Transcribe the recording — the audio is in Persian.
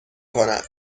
کند